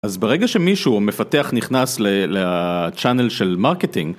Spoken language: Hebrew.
אז ברגע שמישהו, מפתח, נכנס לצ'אנל של מרקטינג...